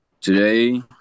today